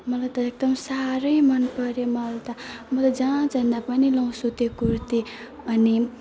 मलाई त एकदम साह्रै मनपर्यो माल त म त जहाँ जाँदा पनि लगाउँछु त्यो कुर्ती अनि